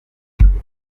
igikombe